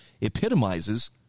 epitomizes